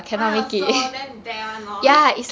mine also damn bad [one] lor